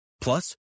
Plus